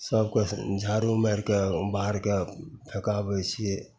सबके झाड़ू मारिके बाहरके फेकाबै छिए